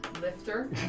Lifter